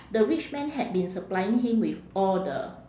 the rich man had been supplying him with all the